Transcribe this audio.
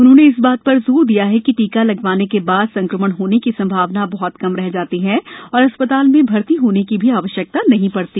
उन्होंने इस बात पर जोर दिया कि टीका लगवाने के बाद संक्रमण होने की संभावना बह्त कम रह जाती है और अस्पताल में भर्ती होने की भी आवश्यकता नहीं पडती